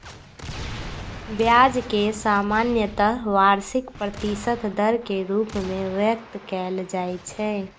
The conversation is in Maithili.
ब्याज कें सामान्यतः वार्षिक प्रतिशत दर के रूप मे व्यक्त कैल जाइ छै